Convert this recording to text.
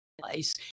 place